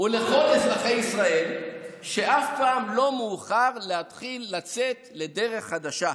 ולכל אזרחי ישראל שאף פעם לא מאוחר להתחיל לצאת לדרך חדשה.